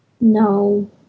No